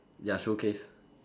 ya showcase